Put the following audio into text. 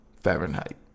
Fahrenheit